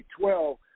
2012